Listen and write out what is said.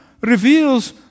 reveals